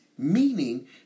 Meaning